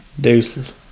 Deuces